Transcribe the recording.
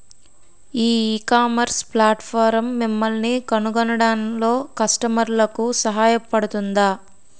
ఈ ecommerce platform మిమ్మల్ని కనుగొనడంలో కస్టమర్లకు సహాయపడుతుందా?